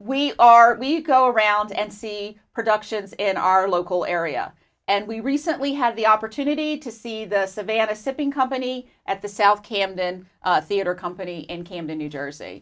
we are we go around and see productions in our local area and we recently had the opportunity to see the savannah sipping company at the south camden theatre company in camden new jersey